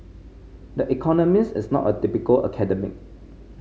this economist is not a typical academic